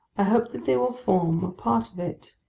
i hope that they will form a part of it,